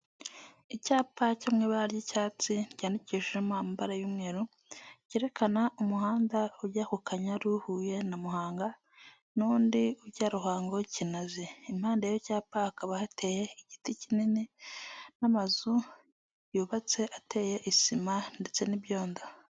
Icyapa cyo mu ibara ry'icyatsi ryandikishijemo amabara y'umweru, cyerekana umuhanda ujya ku Kanyaru, Huye na Muhanga n'undi ujya Ruhango, Kinazi. Impande y'icyo cyapa, hakaba hateye igiti kinini n'amazu yubatse ateye isima ndetse n'ibyondo.